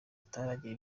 ataragira